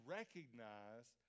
recognize